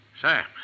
Sam